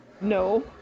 No